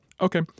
okay